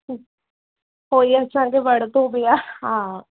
पोइ इहो असांखे वणंदो बि आहे हा